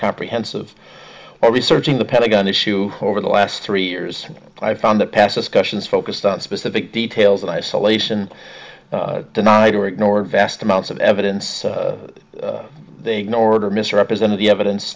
comprehensive well researching the pentagon issue over the last three years i found that passes questions focused on specific details in isolation tonight or ignore vast amounts of evidence they ignored or misrepresented the evidence